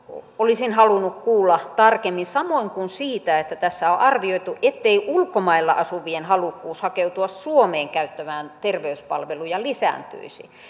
olisin halunnut kuulla tarkemmin samoin kuin siitä että tässä on on arvioitu ettei ulkomailla asuvien halukkuus hakeutua suomeen käyttämään terveyspalveluja lisääntyisi